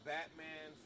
Batman